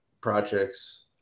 projects